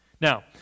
Now